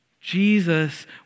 Jesus